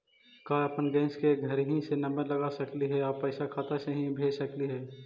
का अपन गैस के घरही से नम्बर लगा सकली हे और पैसा खाता से ही भेज सकली हे?